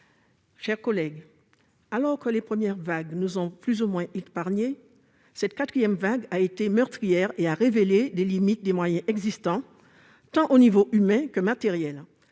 d'État, alors que les premières vagues nous ont plus ou moins épargnés, cette quatrième vague a été meurtrière et a révélé les limites des moyens existants, tant humains que matériels.